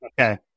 Okay